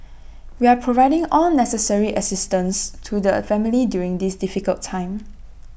we are providing all necessary assistance to the family during this difficult time